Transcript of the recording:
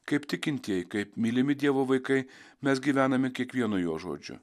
kaip tikintieji kaip mylimi dievo vaikai mes gyvename kiekvienu jo žodžiu